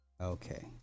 okay